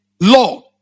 Lord